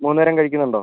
മൂന്നേരം കഴിക്കുന്നുണ്ടോ